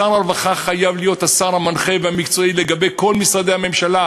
שר הרווחה חייב להיות השר המנחה והמקצועי לגבי כל משרדי הממשלה,